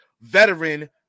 veteran